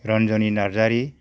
Ranjani Narzary